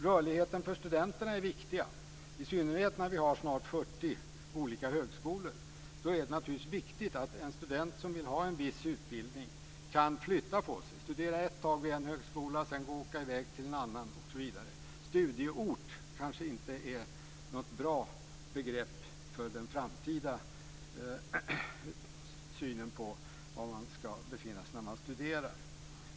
Rörligheten för studenter är viktig, i synnerhet nu när vi snart har 40 olika högskolor. Då är det naturligtvis viktigt att en student som vill ha en viss utbildning kan flytta på sig och studera ett tag vid en viss högskola, sedan åka i väg till en annan osv. "Studieort" kanske inte är något bra begrepp för den framtida synen på var man ska befinna sig när man studerar.